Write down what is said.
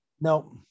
No